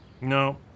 No